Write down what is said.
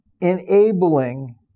enabling